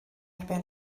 erbyn